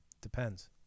Depends